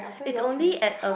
it's only at a